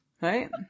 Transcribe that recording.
Right